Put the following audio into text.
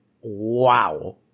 Wow